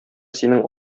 синең